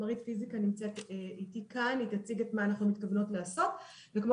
--- פיזיקה נמצאת איתי כאן והיא תציג את מה שאנחנו מתכוונות לעשות וכמו